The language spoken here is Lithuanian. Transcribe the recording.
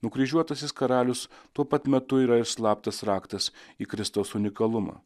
nukryžiuotasis karalius tuo pat metu yra ir slaptas raktas į kristaus unikalumą